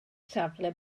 safle